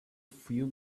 few